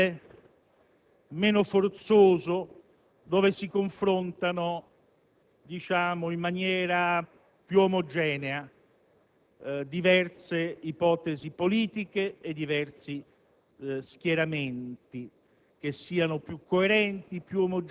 Valentino).* Voglio dire un'ultima cosa: naturalmente, lasciando il Senato, cercherò di fare tutto il possibile per rafforzare il mio Partito, per difendere e impegnarmi per la mia causa.